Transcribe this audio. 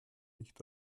nicht